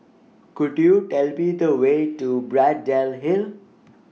Could YOU Tell Me The Way to Braddell Hill